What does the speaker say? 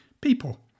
people